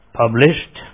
published